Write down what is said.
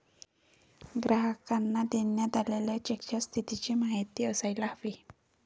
ग्राहकांना देण्यात आलेल्या चेकच्या स्थितीची माहिती असायला हवी